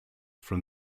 from